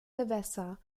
gewässer